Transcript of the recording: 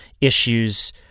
issues